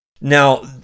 Now